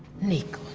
nico.